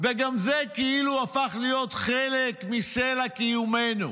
וגם זה כאילו הפך להיות חלק מסלע קיומנו.